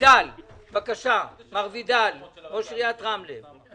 ועדת הכספים מטפלת רבות בנושא הטבות המס.